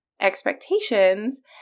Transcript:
expectations